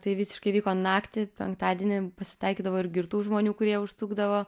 tai visiškai vyko naktį penktadienį pasitaikydavo ir girtų žmonių kurie užsukdavo